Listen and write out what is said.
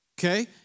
okay